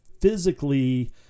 physically